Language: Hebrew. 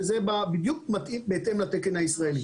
זה בדיוק בהתאם לתקן הישראלי.